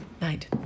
Night